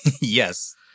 Yes